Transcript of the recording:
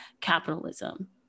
capitalism